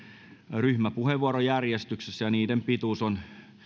ryhmäpuheenvuorojärjestyksessä ja niiden pituus on